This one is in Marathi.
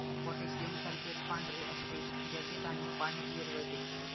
पोटॅशियम सल्फेट पांढरे असते ज्याचे धान्य पाण्यात विरघळते